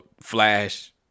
Flash